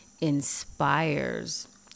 inspires